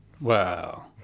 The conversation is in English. Wow